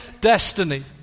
destiny